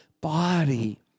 body